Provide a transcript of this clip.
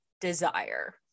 desire